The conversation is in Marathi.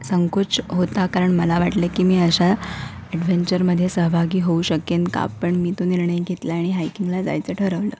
संकोच होता कारण मला वाटले की मी अशा ॲडव्हेंचरमध्ये सहभागी होऊ शकेन का पण मी तो निर्णय घेतला आणि हायकिंगला जायचं ठरवलं